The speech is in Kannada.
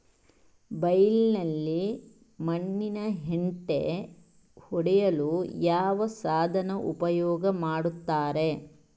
ಬೈಲಿನಲ್ಲಿ ಮಣ್ಣಿನ ಹೆಂಟೆ ಒಡೆಯಲು ಯಾವ ಸಾಧನ ಉಪಯೋಗ ಮಾಡುತ್ತಾರೆ?